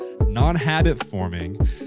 non-habit-forming